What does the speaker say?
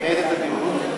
באיזה תדירות?